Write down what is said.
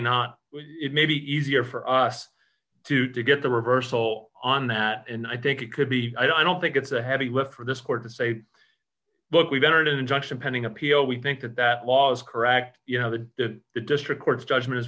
not it may be easier for us to to get the reversal on that and i think it could be i don't think it's a heavy lift for this court to say look we've entered an injunction pending appeal we think that that law's correct you know the district court's judgment is